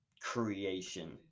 creation